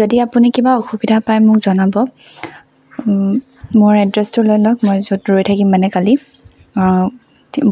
যদি আপুনি কিবা অসুবিধা পায় মোক জনাব মোৰ এড্ৰেছটো লৈ লওক মানে মই য'ত ৰৈ থাকিম মানে কালি